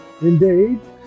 Indeed